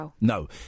No